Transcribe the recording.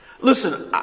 Listen